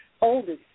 oldest